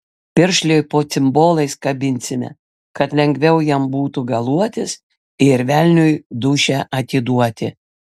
piršliui po cimbolais kabinsime kad lengviau jam būtų galuotis ir velniui dūšią atiduoti